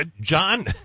John